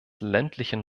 ländlichen